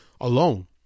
alone